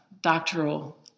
doctoral